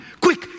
Quick